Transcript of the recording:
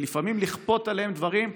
ולפעמים לכפות עליהם דברים.